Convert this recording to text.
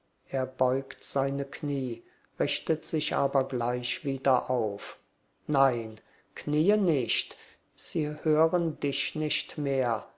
er beugt seine knie richtet sich aber gleich wieder auf nein kniee nicht sie hören dich nicht mehr